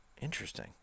Interesting